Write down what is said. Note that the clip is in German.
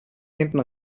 hinten